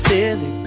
Silly